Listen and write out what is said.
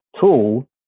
tool